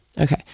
Okay